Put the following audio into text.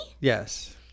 Yes